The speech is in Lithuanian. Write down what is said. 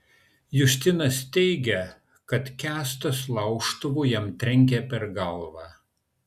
justinas teigia kad kęstas laužtuvu jam trenkė per galvą